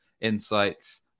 Insights